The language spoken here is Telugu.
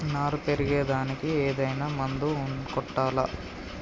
నారు పెరిగే దానికి ఏదైనా మందు కొట్టాలా?